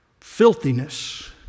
filthiness